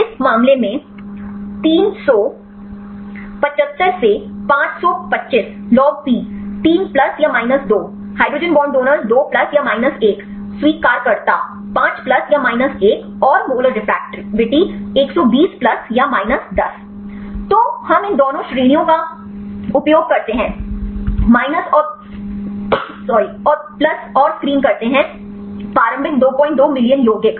इस मामले में 375 से 525 लॉग पी 3 प्लस या minus 2 hydrogen bond donors 2 plus या माइनस 1 स्वीकारकर्ता 5 प्लस या माइनस 1 और मोलर रेफ्रेक्टिविटी 120 प्लस या माइनस 10 तो हम इन दोनों श्रेणियों का उपयोग करते हैं माइनस और प्लस और स्क्रीन करते है प्रारंभिक 22 मिलियन यौगिक